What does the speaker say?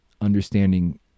understanding